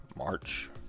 march